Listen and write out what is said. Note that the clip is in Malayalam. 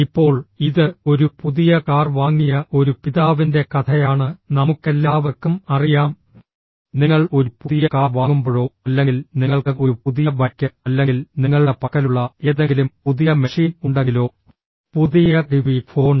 ഇപ്പോൾ ഇത് ഒരു പുതിയ കാർ വാങ്ങിയ ഒരു പിതാവിന്റെ കഥയാണ് നമുക്കെല്ലാവർക്കും അറിയാം നിങ്ങൾ ഒരു പുതിയ കാർ വാങ്ങുമ്പോഴോ അല്ലെങ്കിൽ നിങ്ങൾക്ക് ഒരു പുതിയ ബൈക്ക് അല്ലെങ്കിൽ നിങ്ങളുടെ പക്കലുള്ള ഏതെങ്കിലും പുതിയ മെഷീൻ ഉണ്ടെങ്കിലോ പുതിയ ടിവി ഫോൺ